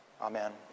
Amen